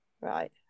Right